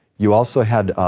you also had, ah,